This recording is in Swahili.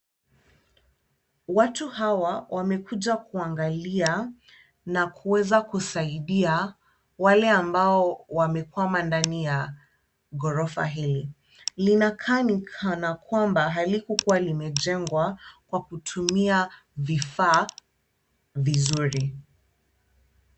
Watu hawa wamekuja kuangalia na kuweza kusaidia wale ambao wamekwama ndani ya ghorofa hili, linakaa ni kana kwamba halikukuwa limejengwa kwa kutumia vifaa vizuri.